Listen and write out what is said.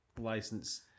license